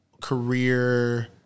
career